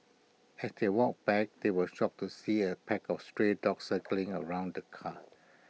as they walked back they were shocked to see A pack of stray dogs circling around the car